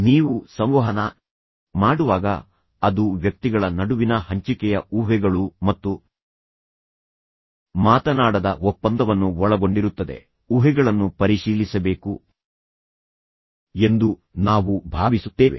ನೀವು ಸಂವಹನ ಮಾಡುವಾಗ ಅದು ವ್ಯಕ್ತಿಗಳ ನಡುವಿನ ಹಂಚಿಕೆಯ ಊಹೆಗಳು ಮತ್ತು ಮಾತನಾಡದ ಒಪ್ಪಂದವನ್ನು ಒಳಗೊಂಡಿರುತ್ತದೆ ಊಹೆಗಳನ್ನು ಪರಿಶೀಲಿಸಬೇಕು ಎಂದು ನಾವು ಭಾವಿಸುತ್ತೇವೆ